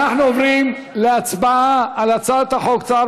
אנחנו עוברים להצבעה על הצעת חוק צער